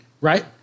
Right